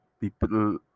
People